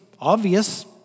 obvious